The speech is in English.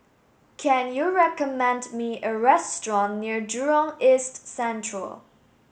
can you recommend me a restaurant near Jurong East Central